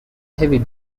heavy